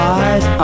eyes